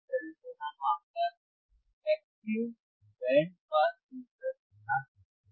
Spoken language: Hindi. इस तरह से हम आपका बैंड फिल्टर बना सकते हैं